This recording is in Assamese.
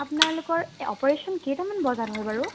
আপোনালোকৰ অপাৰেশ্যন কেইটামান বজাত হয় বাৰু